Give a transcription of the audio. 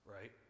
right